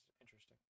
interesting